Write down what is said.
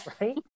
right